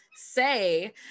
Say